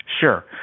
Sure